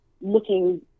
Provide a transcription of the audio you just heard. looking